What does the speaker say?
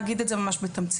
אני אגיד את זה ממש בתמצית.